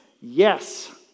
Yes